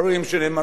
על הדוכן,